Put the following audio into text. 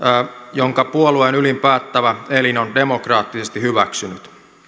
jonka puolueen ylin päättävä elin on demokraattisesti hyväksynyt